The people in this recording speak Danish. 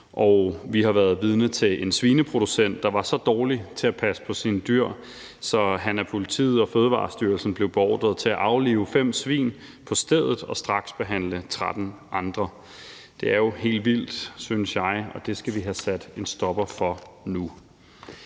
og vi har været vidne til en svineproducent, der var så dårlig til at passe på sine dyr, at han af politiet og Fødevarestyrelsen blev beordret til at aflive 5 svin på stedet og straksbehandle 13 andre. Det er jo helt vildt, synes jeg, og det skal vi have sat en stopper for nu.